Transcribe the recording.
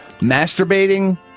masturbating